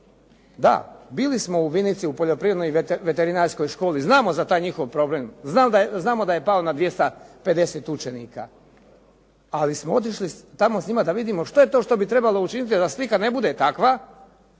Da, bili smo u Vinici u Poljoprivrednoj veterinarskoj školi, znamo za taj njihov problem, znamo da je pao na 250 učenika. Ali smo otišli tamo s njima da vidimo što je to što bi trebalo učiniti da slika ne bude takva